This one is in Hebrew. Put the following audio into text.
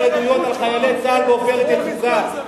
עדויות על חיילי צה"ל ב"עופרת יצוקה",